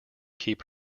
keep